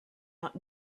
out